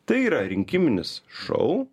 tai yra rinkiminis šou